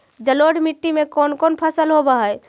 जलोढ़ मट्टी में कोन कोन फसल होब है?